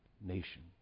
nation